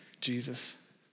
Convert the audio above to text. Jesus